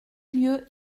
lieues